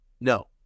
No